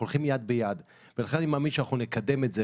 הולכים יד ביד ולכן אני מאמין שאנחנו נקדם את זה,